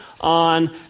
on